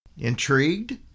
Intrigued